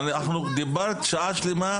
דיברת שעה שלמה,